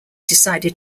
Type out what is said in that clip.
decided